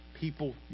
people